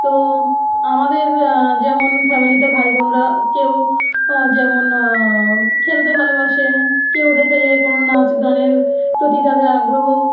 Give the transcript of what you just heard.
তো আমাদের যেমন ফ্যামিলিতে ভাই বোনরা কেউ যেমন খেলতে ভালোবাসে কেউ দেখা যায় কোনো নাচ গানের প্রতি তাদের আগ্রহ